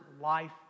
life